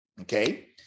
okay